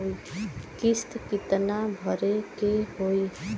किस्त कितना भरे के होइ?